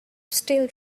still